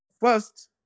First